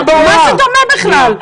למה זה דומה בכלל?